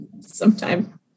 sometime